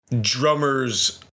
drummers